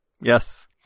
Yes